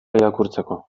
irakurtzeko